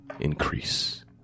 increase